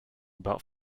about